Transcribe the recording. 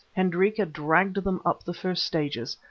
hendrika dragged them up the first stages,